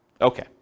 Okay